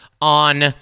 on